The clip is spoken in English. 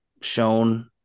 shown